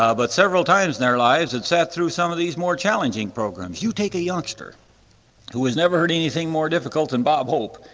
ah but several times in their lives had sat through some of these more challenging programs. you take a youngster who has never heard anything more difficult than and bob hope,